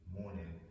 morning